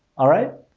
alright,